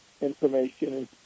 information